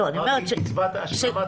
אמרתי קצבת השלמת